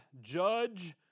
judge